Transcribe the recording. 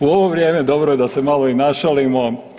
U ovo vrijeme dobro je da se malo i našalimo.